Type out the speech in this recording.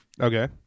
Okay